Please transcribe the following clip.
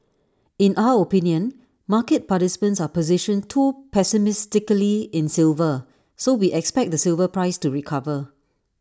in our opinion market participants are positioned too pessimistically in silver so we expect the silver price to recover